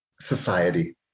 society